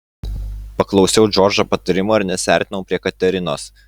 paklausiau džordžo patarimo ir nesiartinau prie katerinos